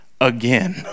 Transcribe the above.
again